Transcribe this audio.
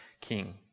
king